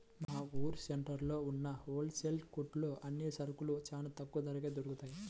మా ఊరు సెంటర్లో ఉన్న హోల్ సేల్ కొట్లో అన్ని సరుకులూ చానా తక్కువ ధరకే దొరుకుతయ్